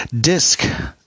disc